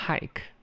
Hike